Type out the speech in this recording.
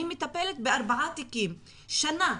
אני מטפלת בארבעה תיקים שנה,